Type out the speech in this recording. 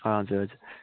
हजुर हजुर